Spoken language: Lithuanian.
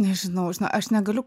nežinau žinai aš negaliu